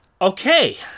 okay